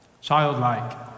Childlike